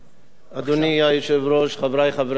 אדוני היושב-ראש, חברי חברי הכנסת,